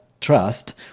trust